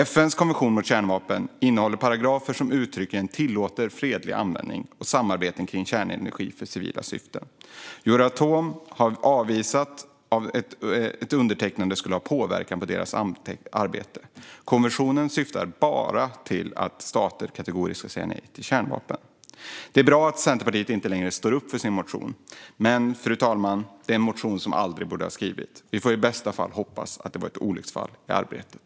FN:s konvention mot kärnvapen innehåller paragrafer som uttryckligen tillåter fredlig användning och samarbeten kring kärnenergi för civila syften. Euratom har avvisat att ett undertecknande skulle ha påverkan på deras arbete. Konventionen syftar bara till att stater kategoriskt ska säga nej till kärnvapen. Det är bra att Centerpartiet inte längre står upp för sin motion, men, fru talman, det är en motion som aldrig borde ha skrivits. Vi får hoppas att det i bästa fall var ett olycksfall i arbetet.